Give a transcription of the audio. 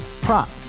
Prop